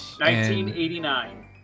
1989